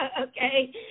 okay